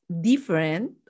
different